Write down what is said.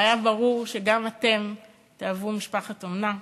והיה ברור שגם אתם תהוו משפחת אומנה,